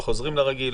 לא חוזרים לרגיל,